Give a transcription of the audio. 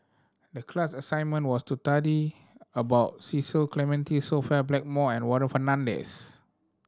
the class assignment was to study about Cecil Clementi Sophia Blackmore and Warren Fernandez